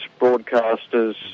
broadcasters